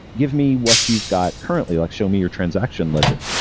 give me what you've got currently. like show me your transaction ledger.